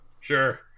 Sure